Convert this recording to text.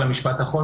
מאוד